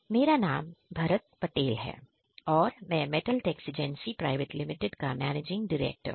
मेरा नाम भरत पटेल है और मैं Metal Texigency Private Limited का मैनेजिंग डायरेक्टर हूं